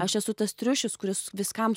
aš esu tas triušis kuris viskam